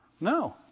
No